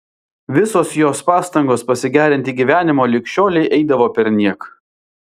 visos jos pastangos pasigerinti gyvenimą lig šiolei eidavo perniek